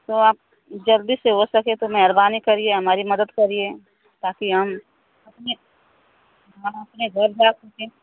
तो आप जल्दी से हो सके तो मेहरबानी करिए हमारी मदद करिए ताकि हम अपने हम अपने घर जा सकें